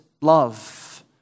love